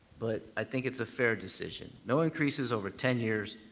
but i think it's a fair decision. no increases over ten years